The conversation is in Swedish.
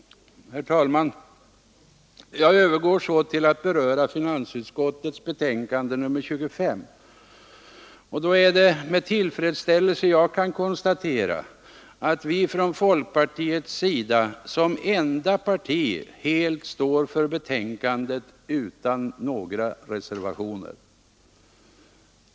Herr talman! När jag nu övergår till att beröra finansutskottets betänkande nr 25 är det med tillfredsställelse jag i dag kan konstatera att vi från folkpartiets sida som enda parti helt står för betänkandet utan några reservationer.